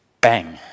bang